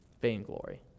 Vainglory